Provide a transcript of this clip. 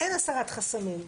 אין הסרת חסמים.